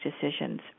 decisions